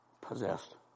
possessed